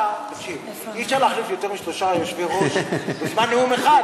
אי-אפשר להחליף יותר משלושה יושבי-ראש בזמן נאום אחד.